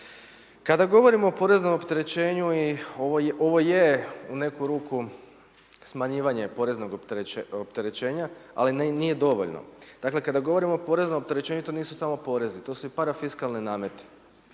Kada govorimo o poreznom opterećenju i ovo je u neku ruku smanjivanje poreznog opterećenja ali nije dovoljno. Dakle kada govorimo o poreznom opterećenju, to nisu samo porezi, to su i parafiskalni nameti.